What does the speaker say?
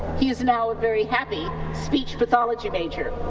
he's now a very happy speech pathology major.